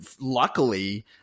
Luckily